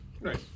Right